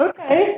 Okay